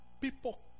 people